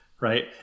right